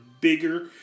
bigger